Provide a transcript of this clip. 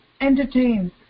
entertains